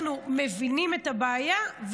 אנחנו מבינים את הבעיה,